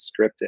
scripted